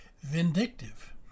vindictive